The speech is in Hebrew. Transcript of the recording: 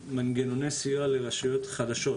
מהעודפים מנגנוני סיוע לרשויות חלשות,